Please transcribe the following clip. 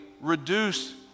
Reduce